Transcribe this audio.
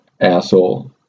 asshole